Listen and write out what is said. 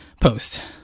post